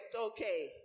Okay